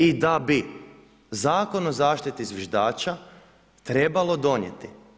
I da bi Zakon o zaštiti zviždača trebalo donijeti.